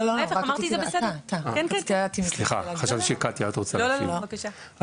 כל שלושה חודשים,